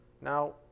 Now